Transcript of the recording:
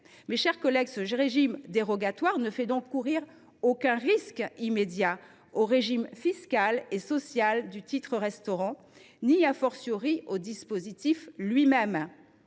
alimentaire. Ce régime dérogatoire ne fait donc courir aucun risque immédiat au régime fiscal et social du titre restaurant, ni au dispositif lui même.